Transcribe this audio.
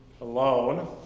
alone